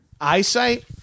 Eyesight